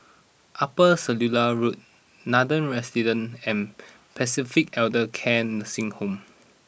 Upper Circular Road Nathan Residences and Pacific Elder Care Nursing Home